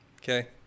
Okay